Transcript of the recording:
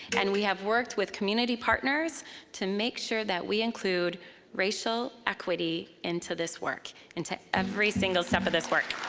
and we have worked with community partners to make sure that we include racial equity into this work, into every single step of this work.